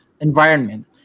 environment